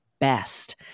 best